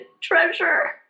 treasure